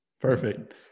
Perfect